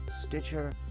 Stitcher